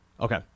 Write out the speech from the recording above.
Okay